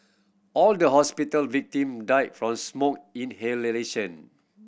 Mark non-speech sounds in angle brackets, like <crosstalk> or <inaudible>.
all the hospital victim died from smoke <unintelligible>